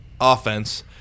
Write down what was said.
offense